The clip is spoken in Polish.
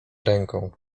ręką